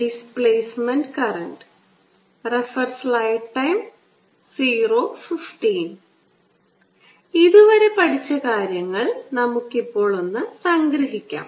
displacement current ഇതുവരെ പഠിച്ച കാര്യങ്ങൾ നമുക്ക് ഇപ്പോൾ സംഗ്രഹിക്കാം